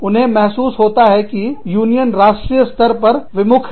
उन्हें महसूस होता है कि यूनियन राष्ट्रीय स्तर पर विमुख है